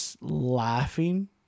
laughing